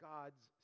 God's